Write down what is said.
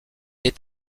est